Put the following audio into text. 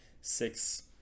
six